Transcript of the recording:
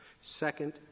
Second